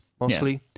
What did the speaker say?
mostly